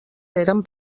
eren